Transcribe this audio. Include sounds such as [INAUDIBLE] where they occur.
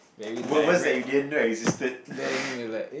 what words that you didn't know existed [LAUGHS]